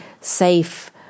safe